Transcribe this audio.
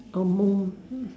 A moment